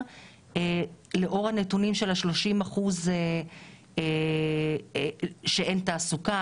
לאור הנתונים של ה- 30% שאין תעסוקה,